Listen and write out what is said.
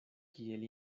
kiel